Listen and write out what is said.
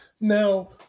Now